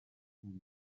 rubuga